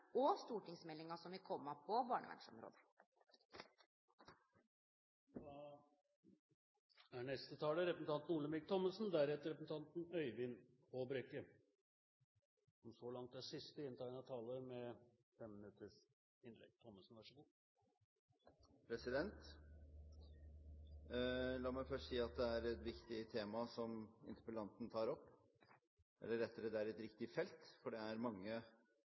og stortingsmeldinga som vil kome på barnevernsområdet. La meg først si at det er et viktig tema som interpellanten tar opp, eller rettere, det er et viktig felt, for det er mange